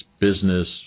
business